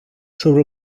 sobre